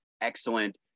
excellent